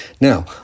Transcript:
Now